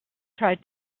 tried